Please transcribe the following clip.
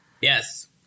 Yes